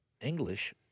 English